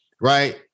Right